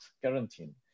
quarantine